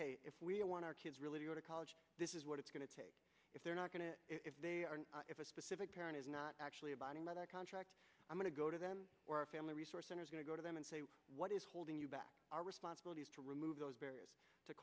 hey if we want our kids really to go to college this is what it's going to take if they're not going to if they are if a specific parent is not actually abiding by their contract i'm going to go to them or a family resource center is going to go to them and say what is holding you back our responsibility is to remove those barriers to